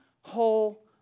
whole